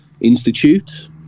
institute